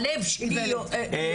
הלב שלי דואג,